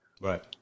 Right